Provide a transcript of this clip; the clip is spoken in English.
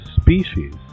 species